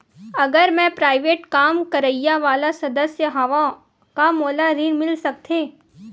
अगर मैं प्राइवेट काम करइया वाला सदस्य हावव का मोला ऋण मिल सकथे?